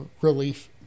relief